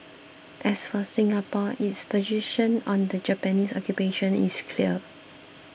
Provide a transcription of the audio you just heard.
as for Singapore its position on the Japanese occupation is clear